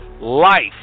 life